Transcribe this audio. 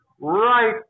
right